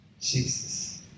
Jesus